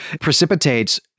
precipitates